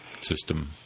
system